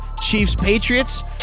Chiefs-Patriots